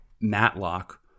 Matlock